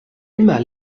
immer